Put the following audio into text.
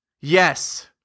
Yes